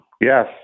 Yes